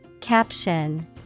Caption